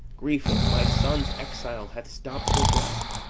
grief of my son's exile hath stopp'd her breath.